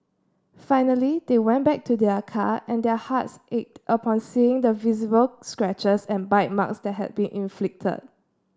finally they went back to their car and their hearts ached upon seeing the visible scratches and bite marks that had been inflicted